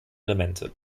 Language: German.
elemente